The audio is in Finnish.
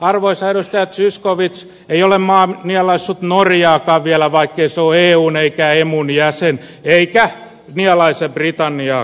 arvoisa edustaja zyskowicz ei ole maa nielaissut norjaakaan vielä vaikkei se ole eun eikä emun jäsen eikä nielaise britanniaakaan